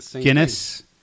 Guinness